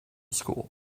school